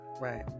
Right